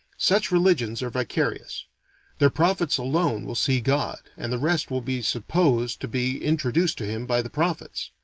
such religions are vicarious their prophets alone will see god, and the rest will be supposed to be introduced to him by the prophets.